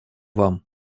вам